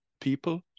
people